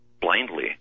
blindly